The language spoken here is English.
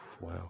Wow